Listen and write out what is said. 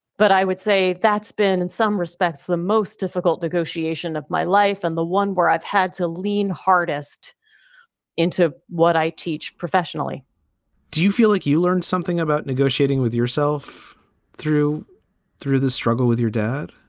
but i would say that's been in some respects, the most difficult negotiation of my life and the one where i've had to lean hardest into what i teach professionally do you feel like you learned something about negotiating with yourself through through the struggle with your dad?